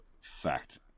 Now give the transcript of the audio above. Fact